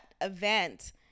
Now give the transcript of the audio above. event